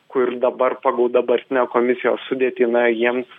kur dabar pagal dabartinę komisijos sudėtį na jiems